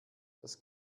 das